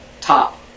top